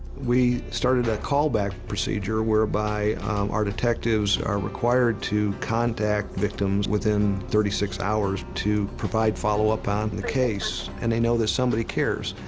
we started a call-back procedure whereby our detectives are required to contact victims within thirty six hours to provide followup on the case, and they know that somebody cares.